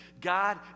God